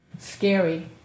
Scary